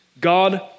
God